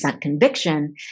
conviction